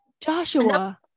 Joshua